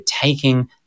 taking